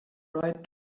right